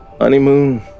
Honeymoon